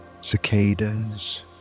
Cicadas